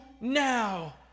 now